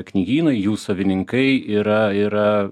knygynai jų savininkai yra yra